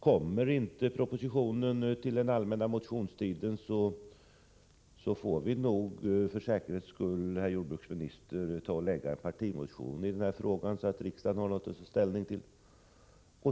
Kommer inte propositionen till den allmänna motionstiden, får vi nog — för säkerhets skull, herr jordbruksminister — väcka en partimotion i denna fråga, så att riksdagen har något att ta ställning till.